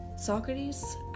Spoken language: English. Socrates